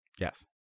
Yes